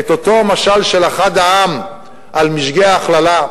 מכיר את אותו משל של אחד העם, על משגה ההכללה.